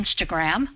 Instagram